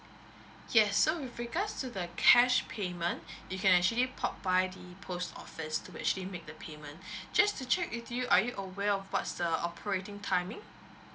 yes so with regards to the cash payment you can actually pop by the post office to actually make the payment just to check with you are you aware of what's the operating timing